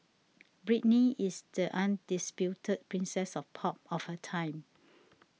Britney is the undisputed princess of pop of her time